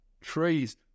Trees